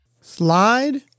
Slide